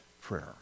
prayer